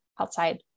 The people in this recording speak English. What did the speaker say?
outside